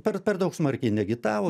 per per daug smarkiai neagitavo